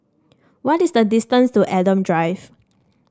what is the distance to Adam Drive